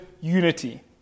unity